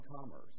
commerce